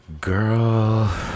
Girl